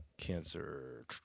cancer